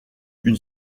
une